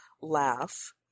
laugh